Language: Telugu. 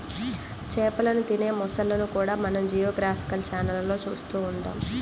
చేపలను తినే మొసళ్ళను కూడా మనం జియోగ్రాఫికల్ ఛానళ్లలో చూస్తూ ఉంటాం